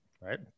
right